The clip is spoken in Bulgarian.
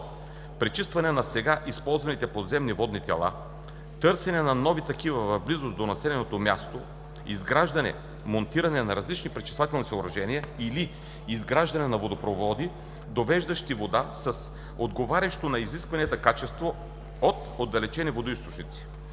пречистване на сега използваните подземни водни тела; търсене на нови такива в близост до населеното място; изграждане, монтиране на различни пречиствателни съоръжения или изграждане на водопроводи, довеждащи вода с отговарящо на изискванията качество, от отдалечени водоизточници.